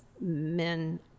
men